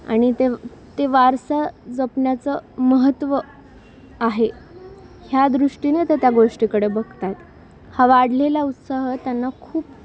आणि ते ते वारसा जपण्याचं महत्त्व आहे ह्या दृष्टीने ते त्या गोष्टीकडे बघतात हा वाढलेला उत्साह त्यांना खूप